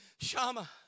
Shama